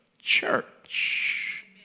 church